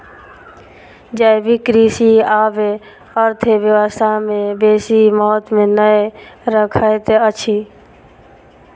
जैविक कृषि आब अर्थव्यवस्था में बेसी महत्त्व नै रखैत अछि